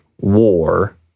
war